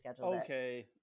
Okay